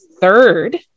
third